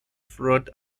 fraud